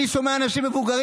אני שומע אנשים מבוגרים.